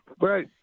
right